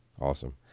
Awesome